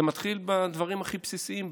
זה מתחיל בדברים הכי בסיסיים,